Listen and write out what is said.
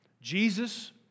Jesus